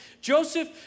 Joseph